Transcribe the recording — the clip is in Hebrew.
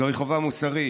זוהי חובה מוסרית,